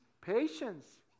patience